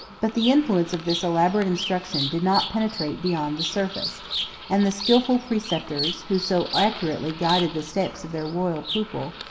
but the influence of this elaborate instruction did not penetrate beyond the surface and the skilful preceptors, who so accurately guided the steps of their royal pupil,